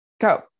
Go